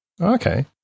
okay